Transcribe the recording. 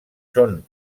són